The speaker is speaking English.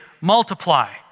multiply